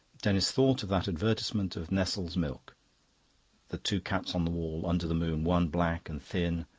denis thought of that advertisement of nestle's milk the two cats on the wall, under the moon, one black and thin,